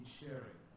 sharing